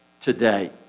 today